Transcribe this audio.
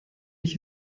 ich